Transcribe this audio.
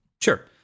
Sure